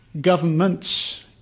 governments